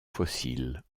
fossiles